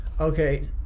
Okay